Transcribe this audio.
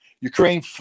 Ukraine